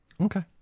Okay